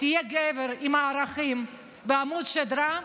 תהיה גבר עם ערכים ועמוד שדרה,